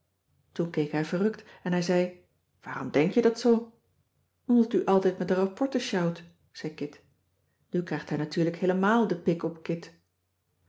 hij verrukt en hij zei waarom denk je dat zoo omdat u altijd met de rapporten sjouwt zei kit nu krijgt hij natuurlijk heelemaal den pik op